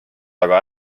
aga